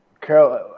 Carol